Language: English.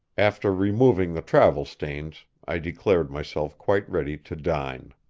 after removing the travel-stains, i declared myself quite ready to dine.